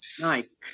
Nice